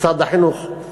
משרד החינוך.